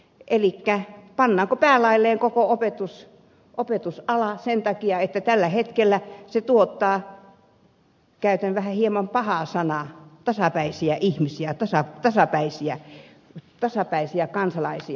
elikkä pannaanko päälaelleen koko opetusala sen takia että tällä hetkellä se tuottaa käytän hieman pahaa sanaa tasapäisiä ihmisiä tasapäisiä kansalaisia